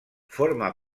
forma